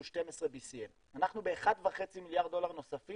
שהוא 12 BCM. אנחנו באחד וחצי מיליארד דולר נוספים